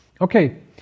Okay